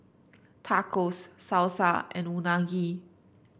Tacos Salsa and Unagi